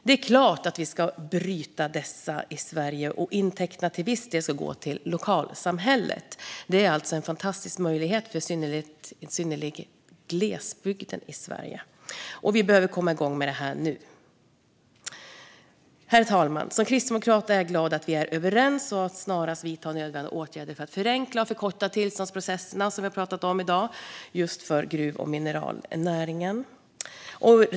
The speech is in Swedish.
Det är klart att vi ska bryta dessa i Sverige och att intäkterna till viss del ska gå till lokalsamhället. Det är en fantastisk möjlighet för i synnerhet glesbygden i Sverige. Vi behöver komma igång med detta nu. Herr talman! Som kristdemokrat är jag glad att vi är överens om att snarast vidta nödvändiga åtgärder för att förenkla och förkorta tillståndsprocesserna, som vi har pratat om i dag, för just gruv och mineralnäringen.